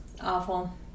Awful